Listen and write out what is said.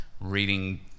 reading